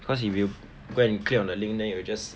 cause if you go and click on the link then you will just